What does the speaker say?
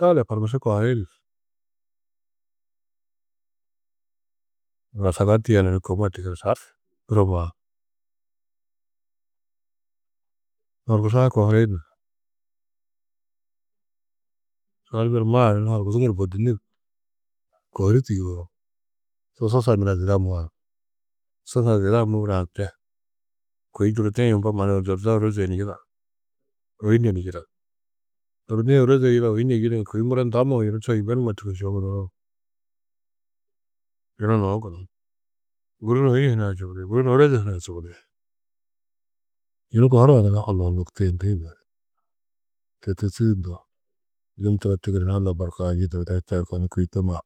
Gali horkusu kohuri wasaga tiyenu ni kômma tigiri sarduru maar, horkusu-ã kohuri nar. Sarnuru maaru ni hokusu nur bôdinuru ni kohurî tîyuo su susa nura zida mûar, susa zida mûurã de kôi durdii-ī mbo mannu durdo ôreze ni yida, ôune ni yida durdi-ī ôreze yida ôune yidī kôi muro ndamuũ yunu turo yibenumo tûrtu togusoo, yunu nuu gunú, guru ni ôune hunã čubudi guru ni ôreze hunã čubudi, yunu kohurã gunna hulu hulktiyindi, to tûrtu du luar. Yum turo tigiri ALLA barkaanji nar, tani kôi temma